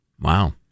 Wow